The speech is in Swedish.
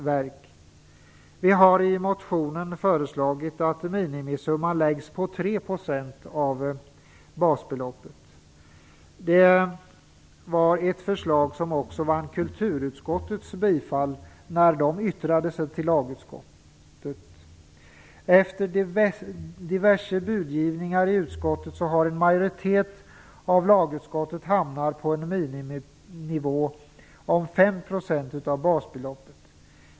Vi har i motionen föreslagit att minimisumman läggs på 3 % av basbeloppet. Det var ett förslag som också vann kulturutskottets bifall när man yttrade sig till lagutskottet. Efter diverse budgivning har en majoritet av lagutskottet hamnat på en miniminivå om 5 % av basbeloppet.